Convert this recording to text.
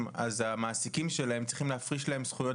אז המעסיקים שלהם צריכים להפריש להם זכויות.